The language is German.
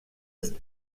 ist